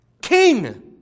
king